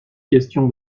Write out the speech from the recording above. question